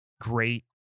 great